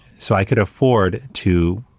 so, i could afford to,